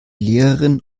lehrerin